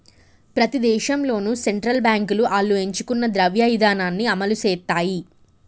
ప్రతి దేశంలోనూ సెంట్రల్ బాంకులు ఆళ్లు ఎంచుకున్న ద్రవ్య ఇదానాన్ని అమలుసేత్తాయి